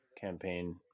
campaign